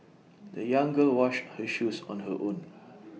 the young girl washed her shoes on her own